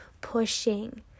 pushing